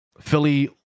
Philly